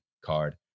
card